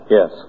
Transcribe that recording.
Yes